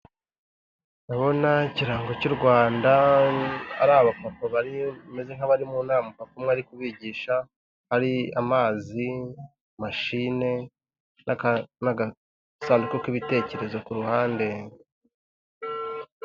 Ndabona ikirango cy'u Rwanda, ari abapapa bameze nk'abari mu nama, umupapa umwe ari kubigisha, hari amazi, mashine n'agasanduku k'ibitekerezo ku ruhande.